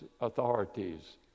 authorities